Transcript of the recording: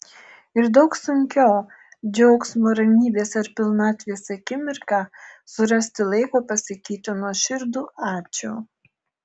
ir daug sunkiau džiaugsmo ramybės ar pilnatvės akimirką surasti laiko pasakyti nuoširdų ačiū